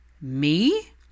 Me